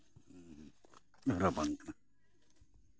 ᱨᱟᱵᱟᱝ ᱠᱟᱱᱟ